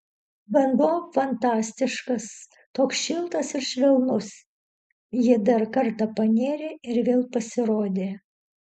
vanduo fantastiškas toks šiltas ir švelnus ji dar kartą panėrė ir vėl pasirodė